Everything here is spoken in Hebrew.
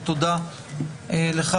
תודה לך,